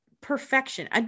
perfection